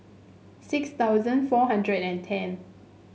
six thousand four hundred and ten